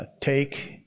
Take